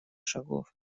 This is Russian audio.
шагов